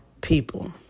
people